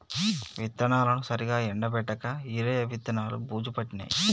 విత్తనాలను సరిగా ఎండపెట్టక ఈరయ్య విత్తనాలు బూజు పట్టినాయి